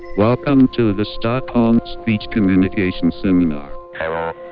welcome to the stockholm speech communication seminar hello,